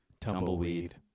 tumbleweed